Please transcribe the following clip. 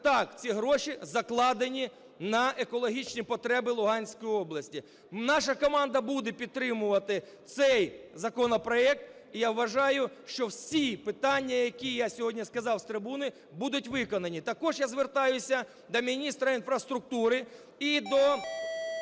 так, ці гроші закладені на екологічні потреби Луганської області. Наша команда буде підтримувати цей законопроект. І я вважаю, що всі питання, які я сьогодні сказав з трибуни, будуть виконані. Також я звертаюся до міністра інфраструктури і до